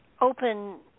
open